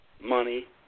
Money